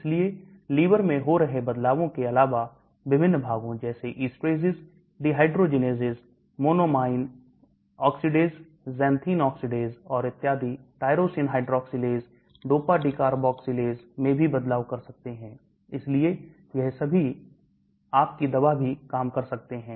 इसलिए लीवर में हो रहे बदलावों के अलावा विभिन्न भागों जैसे esterases dehydrogenases monoamine oxidase xanthene oxidase और इत्यादि tyrosine hydroxylase dopa decarboxylase में भी बदलाव कर सकते हैं इसलिए यह सभी आप की दवा भी काम कर सकते हैं